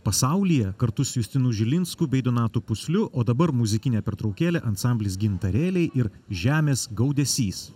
pasaulyje kartu su justinu žilinsku bei donatu pusliu o dabar muzikinė pertraukėlė ansamblis gintarėliai ir žemės gaudesys